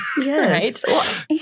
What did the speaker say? Yes